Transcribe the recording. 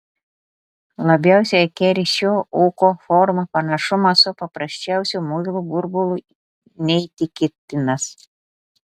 labiausiai keri šio ūko forma panašumas su paprasčiausiu muilo burbulu neįtikėtinas